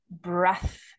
breath